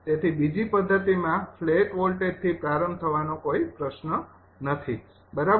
તેથી બીજી પદ્ધતિમાં ફ્લેટ વોલ્ટેજથી પ્રારંભ થવાનો કોઈ પ્રશ્ન નથી બરાબર